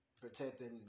protecting